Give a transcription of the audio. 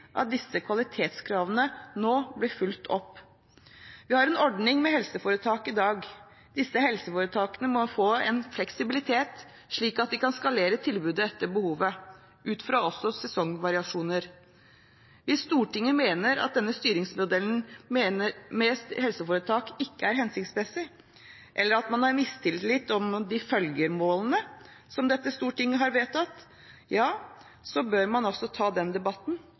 at kvalitetskravene nå blir fulgt opp. Vi har en ordning med helseforetak i dag. Disse helseforetakene må få en fleksibilitet, slik at de kan skalere tilbudet etter behovet, også ut fra sesongvariasjoner. Hvis Stortinget mener at denne styringsmodellen med helseforetak ikke er hensiktsmessig, eller at man har mistillit til om de følger målene som dette stortinget har vedtatt, bør man ta den debatten